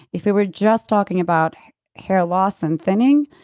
if we were just talking about hair loss and thinning,